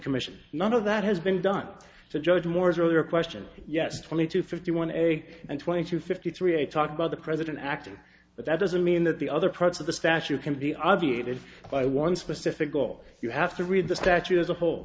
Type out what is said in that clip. commission none of that has been done to judge moore is really a question yes twenty two fifty one a day and twenty two fifty three a talk about the president acting but that doesn't mean that the other parts of the statute can be obviated by one specific goal you have to read the statute as a whole